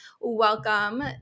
Welcome